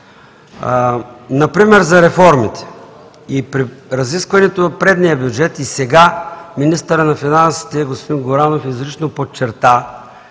Например за реформите. И при разискването на предния бюджет, и сега министърът на финансите – господин Горанов, изрично подчерта,